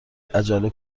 عجله